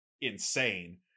insane